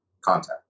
content